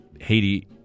Haiti